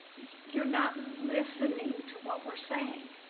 you're not listening to what we're saying.